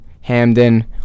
Hamden